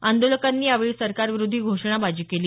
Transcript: आंदोलकांनी यावेळी सरकारविरोधी घोषणाबाजी केली